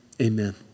amen